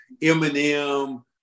Eminem